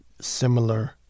similar